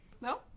No